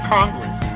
Congress